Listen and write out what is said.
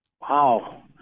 Wow